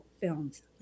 films